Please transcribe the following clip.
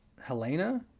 Helena